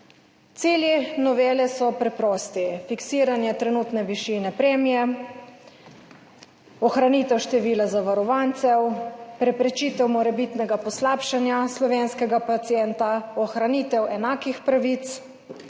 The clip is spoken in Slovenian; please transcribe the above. Cilji novele so preprosti: fiksiranje trenutne višine premije, ohranitev števila zavarovancev, preprečitev morebitnega poslabšanja slovenskega pacienta, ohranitev enakih pravic.